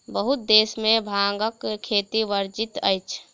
बहुत देश में भांगक खेती वर्जित अछि